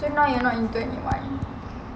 then now you're not into anyone